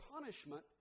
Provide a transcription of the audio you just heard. punishment